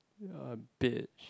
ya dead